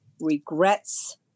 regrets